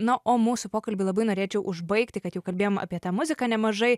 na o mūsų pokalbį labai norėčiau užbaigti kad jau kalbėjom apie tą muziką nemažai